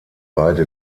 beide